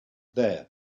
there